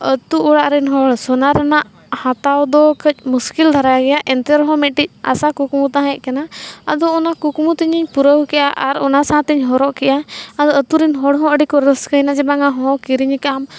ᱟᱹᱛᱩ ᱚᱲᱟᱜ ᱨᱮᱱ ᱦᱚᱲ ᱥᱚᱱᱟ ᱨᱮᱱᱟᱜ ᱦᱟᱛᱟᱣ ᱫᱚ ᱠᱟᱹᱡ ᱢᱩᱥᱠᱤᱞ ᱫᱷᱟᱨᱟ ᱜᱮᱭᱟ ᱮᱱᱛᱮ ᱨᱮᱦᱚᱸ ᱢᱤᱫᱴᱮᱱ ᱟᱥᱟ ᱠᱩᱠᱢᱩ ᱛᱟᱦᱮᱸ ᱠᱟᱱᱟ ᱟᱫᱚ ᱚᱱᱟ ᱠᱩᱠᱢᱩ ᱛᱤᱧᱤᱧ ᱯᱩᱨᱟᱹᱣ ᱠᱮᱫᱼᱟ ᱟᱨ ᱚᱱᱟ ᱥᱟᱶᱛᱮᱧ ᱦᱚᱨᱚᱜ ᱠᱮᱫᱼᱟ ᱟᱫᱚ ᱟᱹᱛᱩ ᱨᱮᱱ ᱦᱚᱲ ᱦᱚᱸ ᱟᱹᱰᱤ ᱠᱚ ᱨᱟᱹᱥᱠᱟᱹᱭᱮᱱᱟ ᱡᱮ ᱵᱟᱝᱟ ᱦᱚᱸ ᱠᱤᱨᱤᱧ ᱟᱠᱟᱫ ᱟᱢ